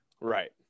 Right